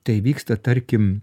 tai vyksta tarkim